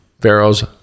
Pharaoh's